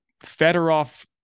Fedorov